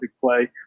play